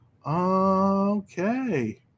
Okay